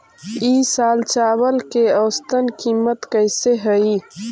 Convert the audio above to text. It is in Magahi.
ई साल चावल के औसतन कीमत कैसे हई?